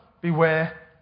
Beware